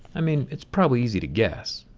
i mean, it's probably easy to guess,